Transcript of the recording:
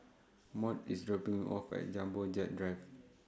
Maud IS dropping Me off At Jumbo Jet Drive